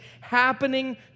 happening